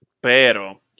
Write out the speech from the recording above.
Pero